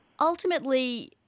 Ultimately